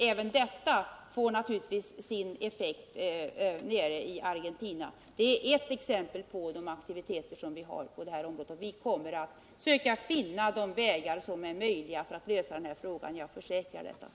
Även detta får naturligtvis effekt i Argentina. Det är ett exempel på våra aktiviteter på detta område. Vi kommer att försöka finna de vägar som är möjliga för att lösa denna fråga — det försäkrar jag.